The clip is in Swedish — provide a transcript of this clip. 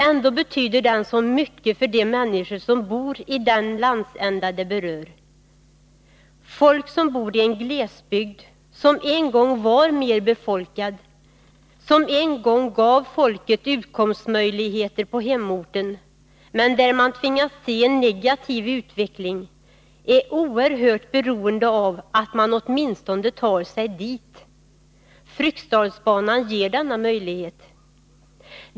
Ändå betyder den så mycket för de människor som bor i den landsända den berör. Folk som bor i en glesbygd som en gång var mer befolkad, som en gång gav folket utkomstmöjligheter i hemorten men där man tvingats se en negativ utveckling, är oerhört beroende av att åtminstone kunna ta sig dit. Fryksdalsbanan ger denna möjlighet.